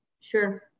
Sure